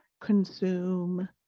consume